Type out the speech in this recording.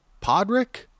Podrick